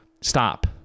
stop